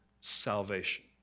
salvation